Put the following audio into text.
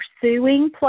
pursuing